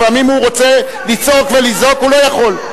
לפעמים הוא רוצה לצעוק ולזעוק, הוא לא יכול.